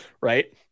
right